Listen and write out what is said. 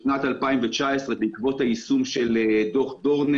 בשנת 2019, בעקבות היישום של דוח דורנר, נשפטו